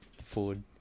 food